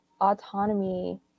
autonomy